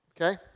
Okay